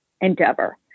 endeavor